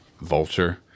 Vulture